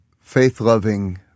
faith-loving